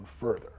further